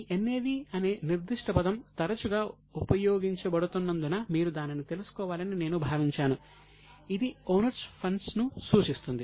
ఈ NAV అనే నిర్దిష్ట పదం తరచుగా ఉపయోగించబడుతున్నందున మీరు దానిని తెలుసుకోవాలని నేను భావించాను ఇది ఓనర్స్ ఫండ్స్ ను సూచిస్తుంది